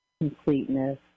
Completeness